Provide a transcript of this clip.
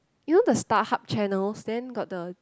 you know the Starhub channel then got the